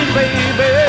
baby